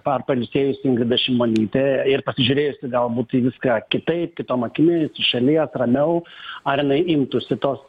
na ir pailsėjusi ingrida šimonytė ir pasižiūrėjusi galbūt į viską kitaip kitom akimis iš šalies ramiau ar jinai imtųsi tos